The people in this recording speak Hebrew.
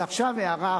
ועכשיו הערה אחרונה,